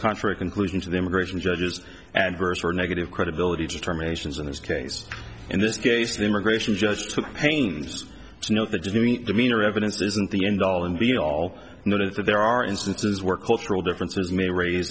contrary conclusion to the immigration judge is adverse or negative credibility determinations in this case in this case the immigration judge took pains to note the jury demeanor evidence isn't the end all and beat all know that there are instances where cultural differences may raise